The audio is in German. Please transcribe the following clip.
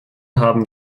haben